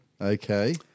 Okay